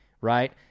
right